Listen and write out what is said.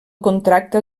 contracta